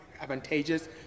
advantageous